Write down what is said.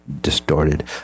distorted